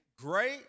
great